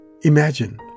Imagine